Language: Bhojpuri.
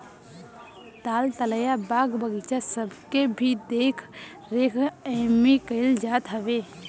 ताल तलैया, बाग बगीचा सबके भी देख रेख एमे कईल जात हवे